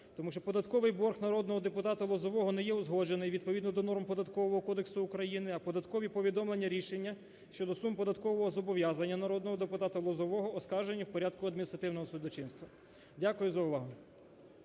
Тому що податковий борг народного депутата Лозового не є узгоджений відповідно до норм Податкового кодексу України, а податкові повідомлення-рішення щодо сум податкового зобов'язання народного депутата Лозового оскаржені в порядку адміністративного судочинства. Дякую за увагу.